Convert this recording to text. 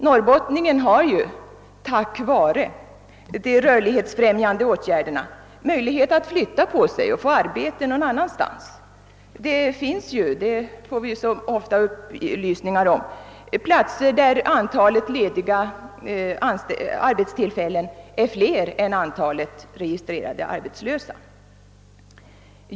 Norrbottningen har »tack vare» de rörlighetsfrämjande åtgärderna möjlighet att flytta på sig och få arbete någon annanstans. Det finns ju — det får vi ofta upplysning om — orter där antalet lediga arbetstillfällen är större än antalet registrerade arbetslösa.